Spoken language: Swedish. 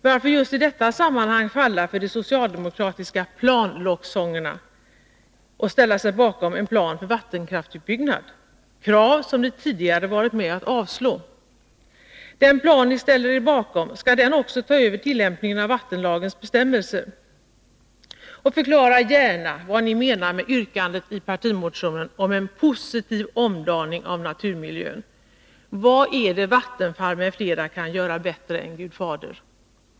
Varför just i detta sammanhang falla för de socialdemokratiska planlocksångerna och ställa sig bakom en plan för vattenkraftsutbyggnad — krav som ni tidigare varit med om att avslå? Den plan ni ställer er bakom, skall den också ta över tillämpningen av vattenlagens bestämmelser? Och förklara gärna vad ni menar med yrkandet i partimotionen om en positiv omdaning av naturmiljön. Vad är det Vattenfall m.fl. kan göra bättre än Gud Fader?